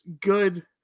good